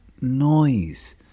noise